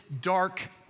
dark